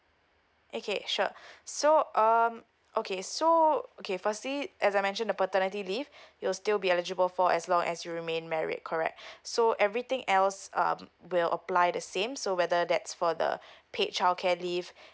okay sure so um okay so okay firstly as I mentioned the paternity leave you're still be eligible for as long as you remain married correct so everything else um will apply the same so whether that's for the paid childcare leave